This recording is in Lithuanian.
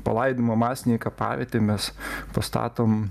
palaidimo masinėj kapavietėj mes pastatom